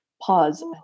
pause